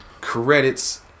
Credits